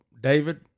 David